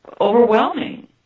overwhelming